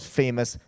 famous